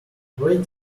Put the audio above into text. great